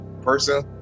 person